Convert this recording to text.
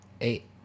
Eight